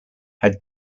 had